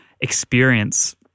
experience